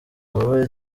wowe